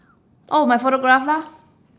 oh my photograph lah